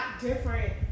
different